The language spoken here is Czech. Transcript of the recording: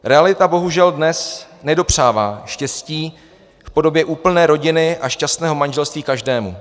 Realita bohužel dnes nedopřává štěstí v podobě úplné rodiny a šťastného manželství každému.